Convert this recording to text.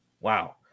Wow